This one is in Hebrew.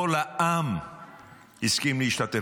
כל העם הסכים להשתתף.